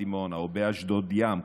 בדימונה או באשדוד ים,